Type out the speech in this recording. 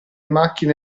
macchine